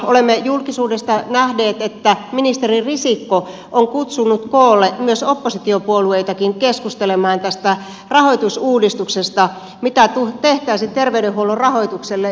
olemme julkisuudesta nähneet että ministeri risikko on kutsunut koolle oppositiopuolueitakin keskustelemaan tästä rahoitusuudistuksesta mitä tehtäisiin terveydenhuollon rahoitukselle